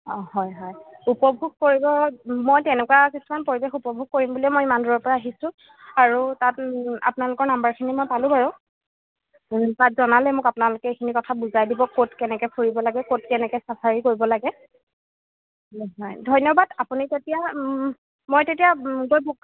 অঁ হয় হয় উপভোগ কৰিব মই তেনেকুৱা কিছুমান পৰিৱেশ উপভোগ কৰিম বুলিয়ে মই ইমান দূৰৰপৰা আহিছোঁ আৰু তাত আপোনালোকৰ নাম্বাৰখিনি মই পালোঁ বাৰু তাত জনালে মোক আপোনালোকে এইখিনি কথা বুজাই দিব ক'ত কেনেকৈ ফুৰিব লাগে ক'ত কেনেকৈ চাফাৰী কৰিব লাগে হয় ধন্যবাদ আপুনি তেতিয়া মই তেতিয়া